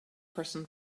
person